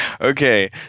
Okay